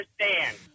understand